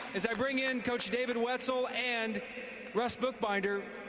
as i bring in coach david wetzel and russ bookbinder,